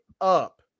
up